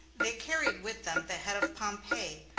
they carried with them the head of pompey,